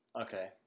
okay